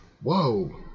whoa